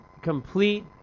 Complete